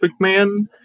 mcmahon